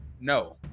no